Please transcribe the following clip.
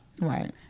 Right